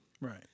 Right